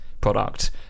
product